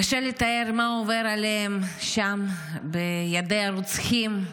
קשה לתאר מה עובר עליהן שם בידי הרוצחים,